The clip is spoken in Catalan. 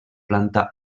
planta